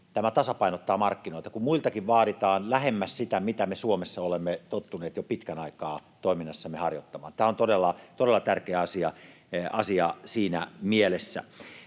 tasapainottaa markkinoita, kun muitakin vaaditaan lähemmäs sitä, mitä me Suomessa olemme tottuneet jo pitkän aikaa toiminnassamme harjoittamaan. Tämä on todella tärkeä asia siinä mielessä.